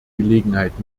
gelegenheit